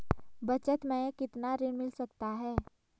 बचत मैं कितना ऋण मिल सकता है?